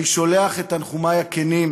אני שולח את תנחומי הכנים